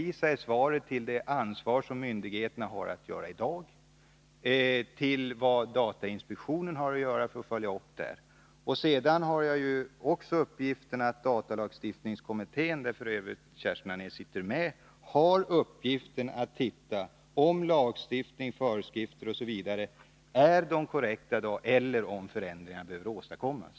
I svaret hänvisade ju jag till det ansvar som myndigheterna har att ta i dag och till datainspektionens uppföljning. Sedan har datalagstiftningskommittén, som f. ö. Kerstin Anér tillhör, till uppgift att se efter om lagar, föreskrifter m.m. är korrekta eller om ändringar bör vidtas.